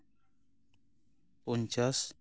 ᱯᱚᱧᱪᱟᱥ